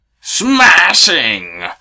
Smashing